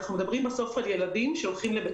אנחנו מדברים בסוף על ילדים שהולכים לבית